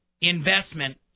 investment